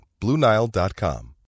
BlueNile.com